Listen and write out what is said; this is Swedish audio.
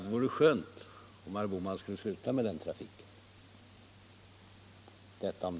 Det vore skönt om herr Bohman slutade med den trafiken.